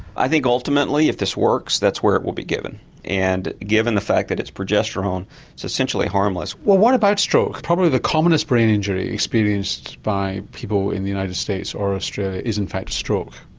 i think ultimately if this works that's where it will be given and given the fact that it's progesterone it's essentially harmless. well what about stroke, probably the commonest brain injury experienced by people in the united states or australia is in fact stroke,